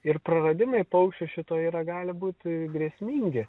ir praradimai paukščio šito yra gali būti grėsmingi